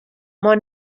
mei